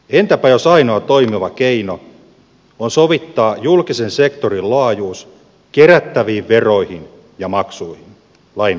entäpä jos ainoa toimiva keino on sovittaa julkisen sektorin laajuus kerättäviin veroihin ja maksuihin